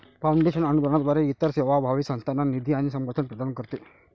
foundation अनुदानाद्वारे इतर सेवाभावी संस्थांना निधी आणि समर्थन प्रदान करते